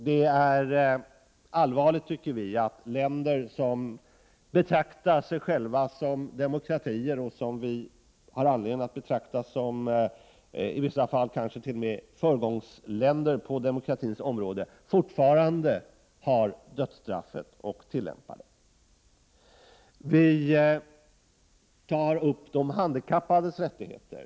Det är, enligt vår åsikt, allvarligt att länder som betraktar sig själva som demokratier — och som vi i vissa fall kanske har anledning att betrakta som föregångsländer på demokratins område — fortfarande har kvar dödsstraffet och tillämpar det. Vidare tar vi upp de handikappades rättigheter.